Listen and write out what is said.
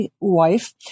wife